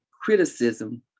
criticism